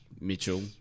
Mitchell